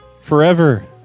Forever